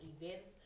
events